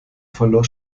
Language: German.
verlor